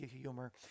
humor